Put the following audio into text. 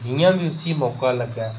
जि'यां बी उसी मौका लग्गै